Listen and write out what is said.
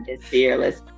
fearless